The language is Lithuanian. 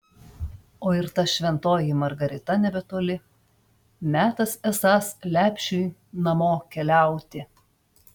o ir ta šventoji margarita nebetoli metas esąs lepšiui namo keliauti